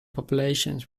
populations